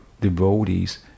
devotees